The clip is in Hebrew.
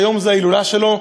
שהיום ההילולה שלו,